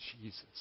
Jesus